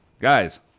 Guys